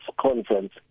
conference